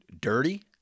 dirty